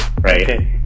right